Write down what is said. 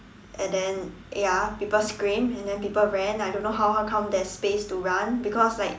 and then ya people screamed and then people ran I don't know how how come there is space to run because like